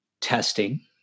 testing